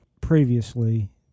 previously